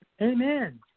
Amen